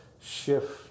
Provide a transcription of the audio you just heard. shift